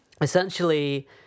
Essentially